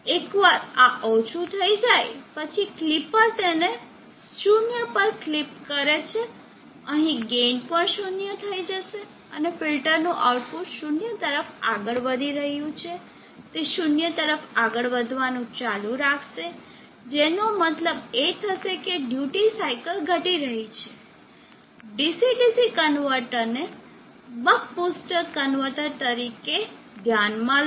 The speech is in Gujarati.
એકવાર આ ઓછું થઈ જાય પછી ક્લિપર તેને 0 પર ક્લિપ કરે છે અહીં ગેઇન પણ 0 થઈ જશે અને ફિલ્ટરનું આઉટપુટ 0 તરફ આગળ વધી રહ્યું છે તે 0 તરફ આગળ વધવાનું ચાલુ રાખશે જેનો મતલબ એ થશે કે ડ્યુટી સાઇકલ ઘટી રહી છે DC DC કન્વર્ટર ને બક બૂસ્ટ કન્વર્ટર તરીકે ધ્યાનમાં લો